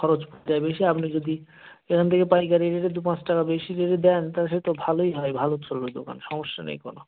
খরচ দেয় বেশি আপনি যদি এখান থেকে পাইকারি রেটে দুপাঁচ টাকা বেশি রেটে দেন তা সে তো ভালোই হয় ভালো চলবে দোকান সমস্যা নেই কোনো